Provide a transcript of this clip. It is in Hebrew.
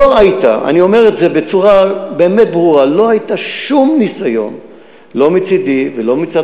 אני אומר בצורה ברורה: לא היה שום ניסיון לא מצדי ולא מצד